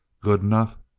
good enough?